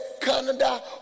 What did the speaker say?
Canada